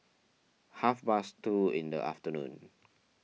half past two in the afternoon